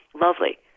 lovely